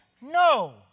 No